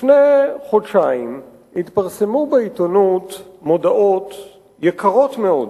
לפני חודשיים התפרסמו בעיתונות מודעות יקרות מאוד,